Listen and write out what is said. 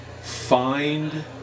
find